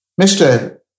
Mr